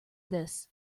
this